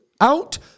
out